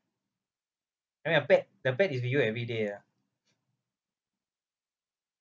I mean a pet the pet is with you every day ah